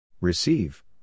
Receive